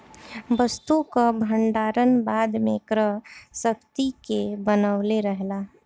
वस्तु कअ भण्डारण बाद में क्रय शक्ति के बनवले रहेला